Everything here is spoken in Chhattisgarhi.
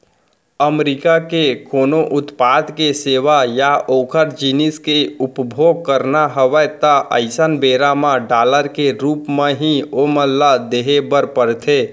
अमरीका के कोनो उत्पाद के सेवा या ओखर जिनिस के उपभोग करना हवय ता अइसन बेरा म डॉलर के रुप म ही ओमन ल देहे बर परथे